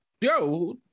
yo